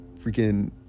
freaking